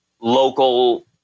local